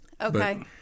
okay